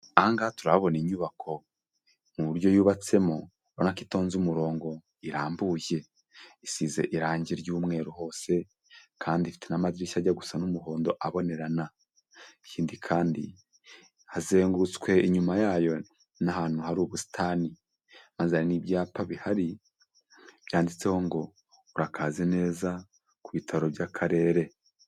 Aha ngaha turahabona inyubako, mu buryo yubatsemo urabona ko itonze umurongo irambuye, isize irangi ry'umweru hose, kandi ifite n'amadirishya ajya gusa n'umuhondo abonerana. Ikindi kandi hazengurutswe inyuma yayo n'ahantu hari ubusitani. Maze hari n'ibyapa bihari byanditseho ngo:"Urakaze neza ku bitaro by'Akarere."